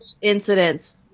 incidents